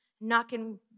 knocking